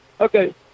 Okay